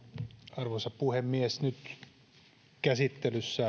arvoisa puhemies nyt käsittelyssä